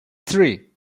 three